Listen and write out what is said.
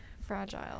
fragile